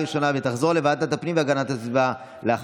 לוועדת הפנים והגנת הסביבה נתקבלה.